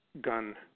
gun